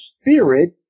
spirit